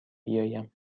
بیایم